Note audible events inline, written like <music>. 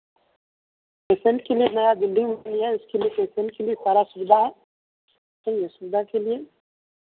patient के लिए एक नया बिल्डिंग बनी है उसके के लिए पेसेन्ट के लिए सारा सुविधा है <unintelligible> सुविधा के लिए